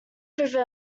rhythm